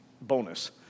bonus